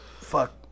Fuck